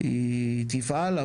היא תפעל,